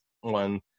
one